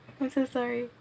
I'm so sorry